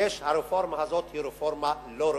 הרפורמה הזאת היא רפורמה לא ראויה.